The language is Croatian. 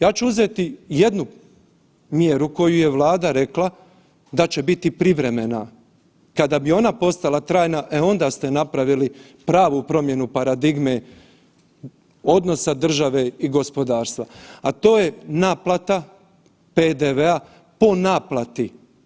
Ja ću uzeti jednu mjeru koju je Vlada rekla da će biti privremena, kada bi ona postala trajna e onda ste napravili pravu promjenu paradigme odnosa države i gospodarstva, a to je naplata PDV-a po naplati.